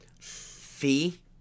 Fee